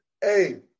Hey